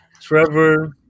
Trevor